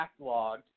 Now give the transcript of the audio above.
backlogged